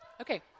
Okay